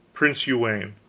prince uwaine.